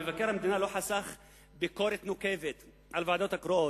מבקר המדינה לא חסך ביקורת נוקבת על הוועדות הקרואות.